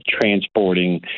transporting